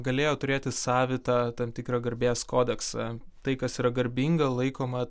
galėjo turėti savitą tam tikrą garbės kodeksą tai kas yra garbinga laikoma